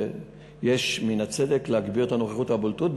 ויש מן הצדק בהגברת הנוכחות והבולטות,